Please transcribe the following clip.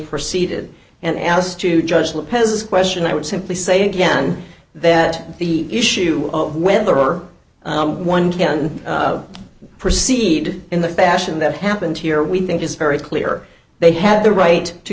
proceeded and asked to judge the pez question i would simply say again that the issue of whether or one can proceed in the fashion that happened here we think is very clear they have the right to